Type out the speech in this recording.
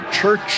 Church